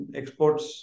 exports